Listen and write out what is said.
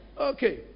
Okay